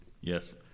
Yes